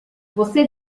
você